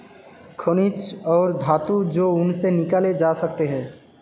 खनिज और धातु जो उनसे निकाले जा सकते हैं